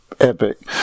epic